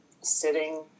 sitting